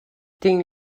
tinc